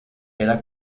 era